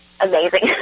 amazing